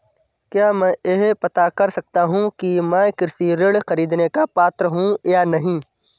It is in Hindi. क्या मैं यह पता कर सकता हूँ कि मैं कृषि ऋण ख़रीदने का पात्र हूँ या नहीं?